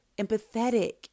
empathetic